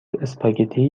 اسپاگتی